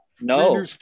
no